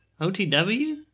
OTW